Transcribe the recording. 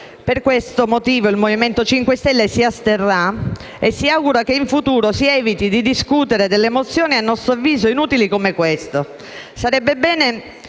Per questo motivo, il Movimento 5 Stelle si asterrà e si augura che in futuro si eviti di discutere di mozioni a nostro avviso inutili come questa.